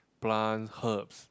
plant herbs